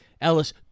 Ellis